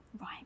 Right